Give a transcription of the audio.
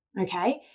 okay